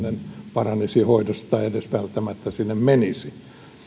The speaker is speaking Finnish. paranisi hoidossa tai edes välttämättä sinne menisi